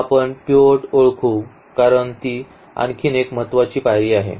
तर आपण पिव्होट ओळखू कारण ती आणखी एक महत्त्वाची पायरी आहे